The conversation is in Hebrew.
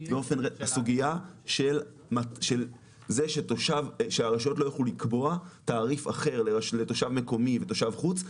הסוגיה של זה שהרשויות לא יוכלו לקבוע תעריף אחר לתושב מקומי ולתושב חוץ.